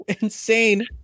Insane